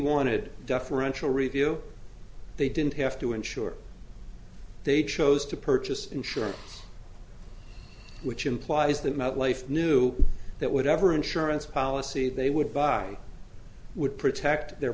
wanted deferential review they didn't have to insure they chose to purchase insurance which implies that metlife knew that whatever insurance policy they would buy would protect their